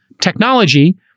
technology